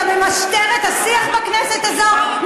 אתה ממשטר את השיח בכנסת הזאת.